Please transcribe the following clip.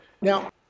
Now